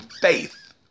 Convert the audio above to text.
faith